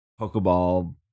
Pokeball